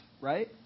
right